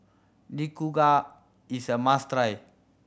nikujaga is a must try